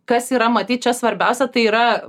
kas yra matyt čia svarbiausia tai yra